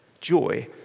joy